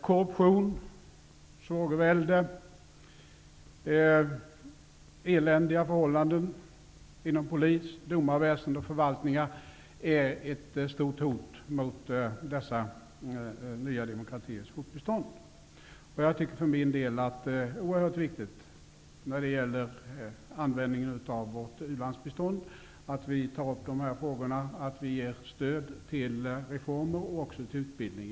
Korruption, svågervälde och eländiga förhållanden inom polis, domarväsende och förvaltningar är ett stort hot mot dessa nya demokratiers fortbestånd. Jag tycker för min del att det är oerhört viktigt, när det gäller användningen av vårt u-landsbistånd, att vi tar upp dessa frågor och ger stöd till reformer och till utbildning.